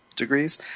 degrees